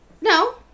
No